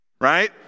Right